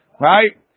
Right